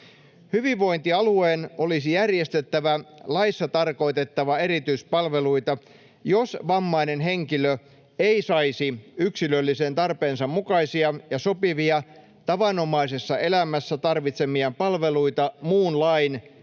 Hyvinvointialueen olisi järjestettävä laissa tarkoitettuja erityispalveluita, jos vammainen henkilö ei saisi yksilöllisen tarpeensa mukaisia ja sopivia, tavanomaisessa elämässä tarvitsemiaan palveluita muun lain,